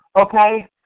okay